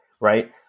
right